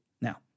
Now